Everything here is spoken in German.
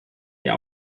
der